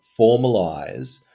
formalize